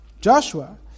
Joshua